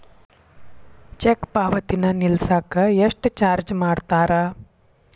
check ಪಾವತಿನ ನಿಲ್ಸಕ ಎಷ್ಟ ಚಾರ್ಜ್ ಮಾಡ್ತಾರಾ